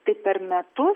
tai per metu